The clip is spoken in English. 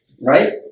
Right